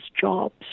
jobs